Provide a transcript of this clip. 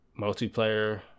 multiplayer